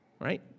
Right